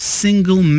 single